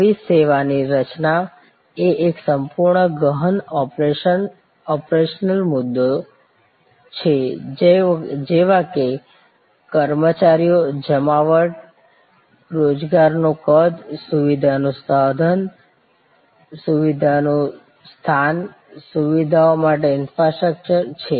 નવી સેવાની રચનાએ એક સંપૂર્ણ ગહન ઓપરેશનલ મુદ્દાઓ જેવા કે કર્મચારીઓ જમાવટ રોજગારનું કદ સુવિધાનું સ્થાન સુવિધાઓ માટે ઈન્ફ્રાસ્ટ્રક્ચર છે